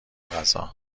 غذا